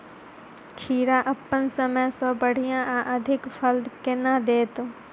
खीरा अप्पन समय सँ बढ़िया आ अधिक फल केना देत?